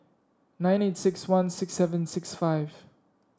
nine eight six one six seven six five